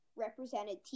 Represented